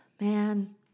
man